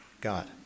God